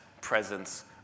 presence